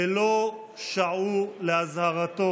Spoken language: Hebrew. ולא שעו לאזהרתו"